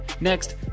next